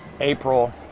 April